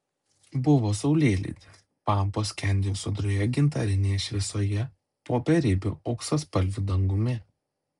buvo saulėlydis pampos skendėjo sodrioje gintarinėje šviesoje po beribiu auksaspalviu dangumi